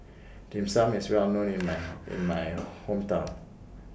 Dim Sum IS Well known in My in My Hometown